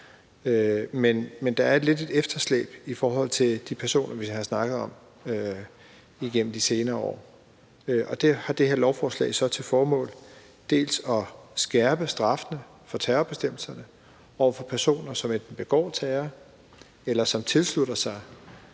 Men der er lidt et efterslæb i forhold til de personer, vi har snakket om igennem de senere år, og der har det her lovforslag så til formål dels at skærpe straffene for terrorbestemmelserne over for personer, som enten begår terror eller tilslutter sig